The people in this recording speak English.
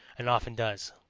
and often does.